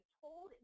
told